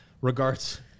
Regards